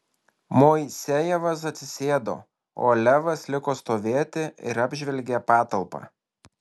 moisejevas atsisėdo o levas liko stovėti ir apžvelgė patalpą